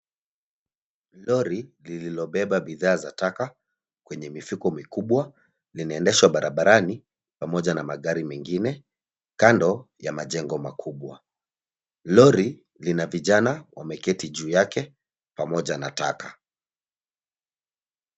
Lori lililobeba bidhaa za taka kwenye mifuko mikubwa .Linaendeshwa barabarani pamoja na magari mengine kando ya majengo makubwa. Lori lina vijana wameketi juu yake pamoja na taka.